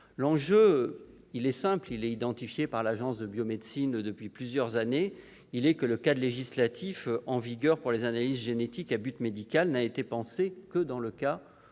L'enjeu est simple, et il est établi par l'Agence de la biomédecine depuis plusieurs années : le cadre législatif en vigueur pour les analyses génétiques à but médical n'a été pensé que dans le cas